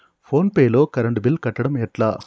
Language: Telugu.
ఫోన్ పే లో కరెంట్ బిల్ కట్టడం ఎట్లా?